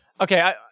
Okay